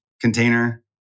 container